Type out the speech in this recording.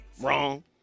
wrong